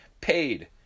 paid